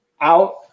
out